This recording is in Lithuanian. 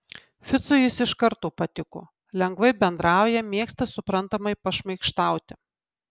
ficui jis iš karto patiko lengvai bendrauja mėgsta suprantamai pašmaikštauti